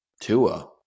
Tua